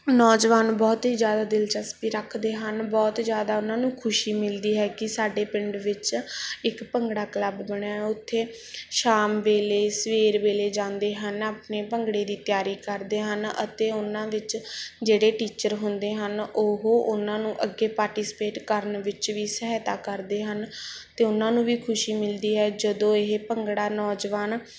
ਨੌਜਵਾਨ ਬਹੁਤ ਹੀ ਜ਼ਿਆਦਾ ਦਿਲਚਸਪੀ ਰੱਖਦੇ ਹਨ ਬਹੁਤ ਜ਼ਿਆਦਾ ਉਹਨਾਂ ਨੂੰ ਖੁਸ਼ੀ ਮਿਲਦੀ ਹੈਗੀ ਸਾਡੇ ਪਿੰਡ ਵਿੱਚ ਇੱਕ ਭੰਗੜਾ ਕਲੱਬ ਬਣਿਆ ਉੱਥੇ ਸ਼ਾਮ ਵੇਲੇ ਸਵੇਰ ਵੇਲੇ ਜਾਂਦੇ ਹਨ ਆਪਣੇ ਭੰਗੜੇ ਦੀ ਤਿਆਰੀ ਕਰਦੇ ਹਨ ਅਤੇ ਉਹਨਾਂ ਵਿੱਚ ਜਿਹੜੇ ਟੀਚਰ ਹੁੰਦੇ ਹਨ ਉਹ ਉਹਨਾਂ ਨੂੰ ਅੱਗੇ ਪਾਰਟੀਸਪੇਟ ਕਰਨ ਵਿੱਚ ਵੀ ਸਹਾਇਤਾ ਕਰਦੇ ਹਨ ਅਤੇ ਉਹਨਾਂ ਨੂੰ ਵੀ ਖੁਸ਼ੀ ਮਿਲਦੀ ਹੈ ਜਦੋਂ ਇਹ ਭੰਗੜਾ ਨੌਜਵਾਨ